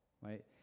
right